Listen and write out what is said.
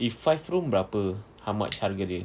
if five room berapa how much harga dia